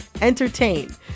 entertain